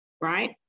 right